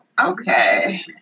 okay